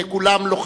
ש/33.